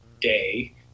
day